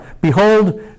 behold